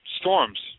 storms